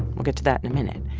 we'll get to that in a minute.